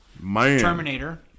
Terminator